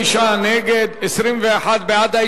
39 נגד, 21 בעד, שלושה נמנעים.